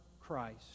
Christ